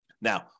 Now